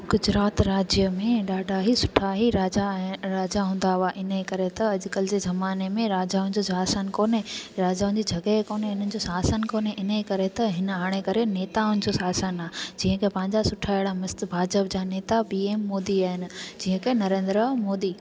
गुजरात राज्य में ॾाढा ई सुठा ई राजा ऐं राजा हूंदा हुआ हिन जे करे त अॼुकल्ह जे ज़माने में राजाउनि जो शासन कोन्हे राजाउनि जी जॻहि कोन्हे इन्हनि जो शासन कोन्हे इन जे करे त हिन हाणे करे नेताउनि जो शासन आहे जीअं की पंहिंजा सुठा अहिड़ा मस्त भाजप जा नेता पीएम मोदी आहिनि जीअं की नरेंद्र मोदी